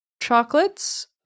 chocolates